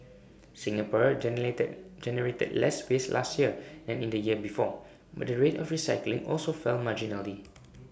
Singapore generated less waste last year than in the year before but the rate of recycling also fell marginally